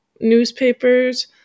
newspapers